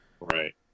Right